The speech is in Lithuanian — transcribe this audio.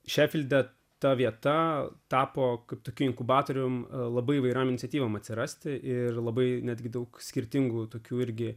šefilde ta vieta tapo tokiu inkubatoriumi labai įvairiom iniciatyvom atsirasti ir labai netgi daug skirtingų tokių irgi